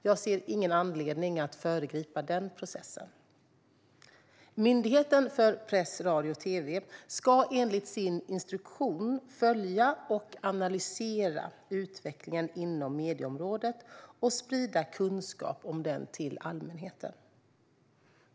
Jag ser ingen anledning att föregripa den processen. Myndigheten för press, radio och tv ska enligt sin instruktion följa och analysera utvecklingen inom medieområdet och sprida kunskap om den till allmänheten.